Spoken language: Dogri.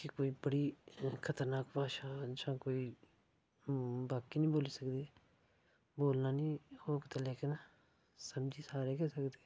कि कोई बड़ी खतरनाक भाशा जां कोई बाकी नी बोली सकदे बोलना नी औग ते लेकिन समझी सारे गै सकदे